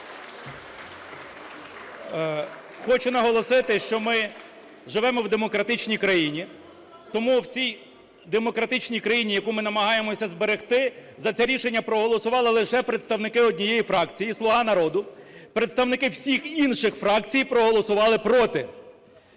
Хочу наголосити, що ми живемо в демократичній країні, тому в цій демократичній країні, яку ми намагаємося зберегти, за це рішення проголосували лише представники однієї фракції "Слуга народу". Представники всіх інших фракцій проголосували проти.